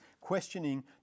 questioning